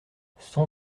cent